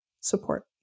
support